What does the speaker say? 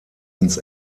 ins